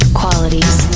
qualities